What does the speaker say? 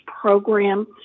program